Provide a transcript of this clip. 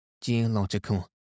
geological